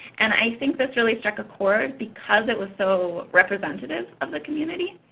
and i think this really struck a cord because it was so representative of the community.